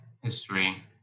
history